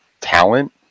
talent